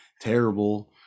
terrible